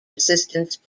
assistance